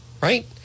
Right